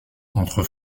entre